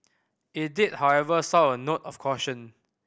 it did however sound a note of caution